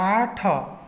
ଆଠ